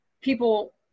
people